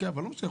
אבל לא משנה,